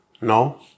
no